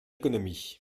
économie